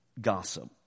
gossip